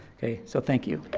okay? so thank you.